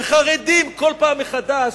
וחרדים בכל פעם מחדש,